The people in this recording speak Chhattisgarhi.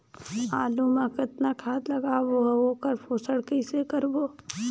आलू मा कतना खाद लगाबो अउ ओकर पोषण कइसे करबो?